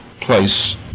place